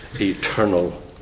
eternal